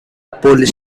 police